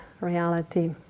Reality